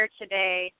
today